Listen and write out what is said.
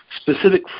specific